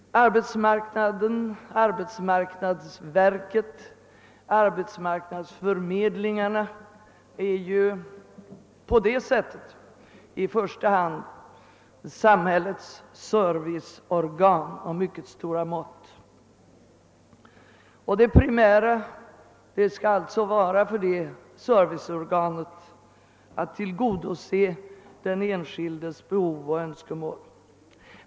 Arbetsmarknadsverket och arbetsförmedlingarna är alltså i första hand samhällets serviceorgan av mycket stora mått. Det primära för det serviceorganet skall vara att tillgodose den enskildes behov och önskemål.